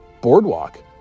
boardwalk